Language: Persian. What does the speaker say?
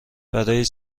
برای